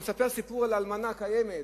כשאתה מספר סיפור על אלמנה קיימת,